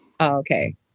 okay